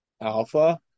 Alpha